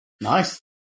Nice